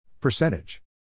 Percentage